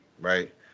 right